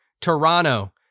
Toronto